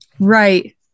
Right